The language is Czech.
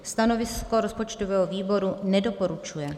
Stanovisko rozpočtového výboru nedoporučuje.